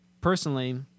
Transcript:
personally